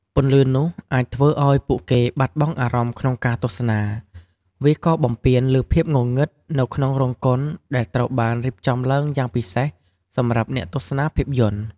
ពន្លឺនោះអាចធ្វើឲ្យពួកគេបាត់បង់អារម្មណ៍ក្នុងការទស្សនា វាក៏បំពានលើភាពងងឹតនៅក្នុងរោងកុនដែលត្រូវបានរៀបចំឡើងយ៉ាងពិសេសសម្រាប់អ្នកទស្សនាភាពយន្ត។